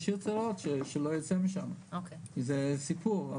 ולהשאיר אצלו שלא יצא משם כי זה סיפור,